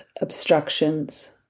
obstructions